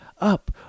up